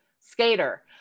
skater